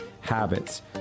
habits